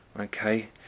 okay